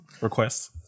requests